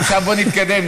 עכשיו בוא נתקדם,